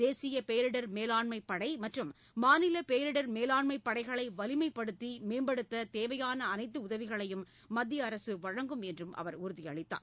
தேசிய பேரிடர் மேலாண்மைப்படை மற்றும் மாநில பேரிடர் மேலாண்மைப் படைகளை வலிமைப்படுத்தி மேம்படுத்தத் தேவையான அனைத்து உதவிகளையும் மத்திய அரசு வழங்கும் என்றும் அவர் உறுதியளித்தார்